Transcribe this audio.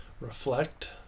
reflect